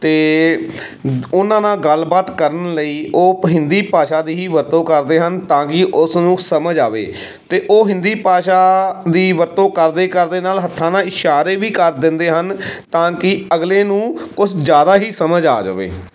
ਅਤੇ ਉਹਨਾਂ ਨਾਲ ਗੱਲਬਾਤ ਕਰਨ ਲਈ ਉਹ ਹਿੰਦੀ ਭਾਸ਼ਾ ਦੀ ਹੀ ਵਰਤੋਂ ਕਰਦੇ ਹਨ ਤਾਂ ਕਿ ਉਸ ਨੂੰ ਸਮਝ ਆਵੇ ਅਤੇ ਉਹ ਹਿੰਦੀ ਭਾਸ਼ਾ ਦੀ ਵਰਤੋਂ ਕਰਦੇ ਕਰਦੇ ਨਾਲ ਹੱਥਾਂ ਨਾਲ ਇਸ਼ਾਰੇ ਵੀ ਕਰ ਦਿੰਦੇ ਹਨ ਤਾਂ ਕਿ ਅਗਲੇ ਨੂੰ ਕੁਛ ਜ਼ਿਆਦਾ ਹੀ ਸਮਝ ਆ ਜਾਵੇ